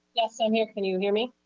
yes, i'm here. can you hear me?